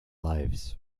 lives